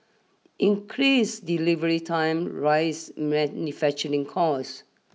increased delivery times rise manufacturing costs